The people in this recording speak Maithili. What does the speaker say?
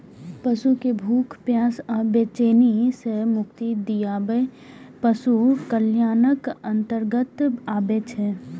पशु कें भूख, प्यास आ बेचैनी सं मुक्ति दियाएब पशु कल्याणक अंतर्गत आबै छै